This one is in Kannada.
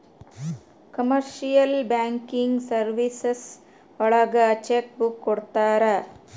ಕಮರ್ಶಿಯಲ್ ಬ್ಯಾಂಕಿಂಗ್ ಸರ್ವೀಸಸ್ ಒಳಗ ಚೆಕ್ ಬುಕ್ ಕೊಡ್ತಾರ